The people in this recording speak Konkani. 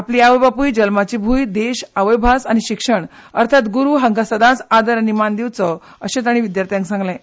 आपले आवय बापूय जल्माची भूंय देश आवयभास आनी शिक्षण अर्थात गुरु हांकां सदांच आदर मान दिवचो अशें तांणी विद्यार्थ्यांक सांगलें